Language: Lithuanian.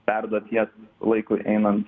perduot jas laikui einant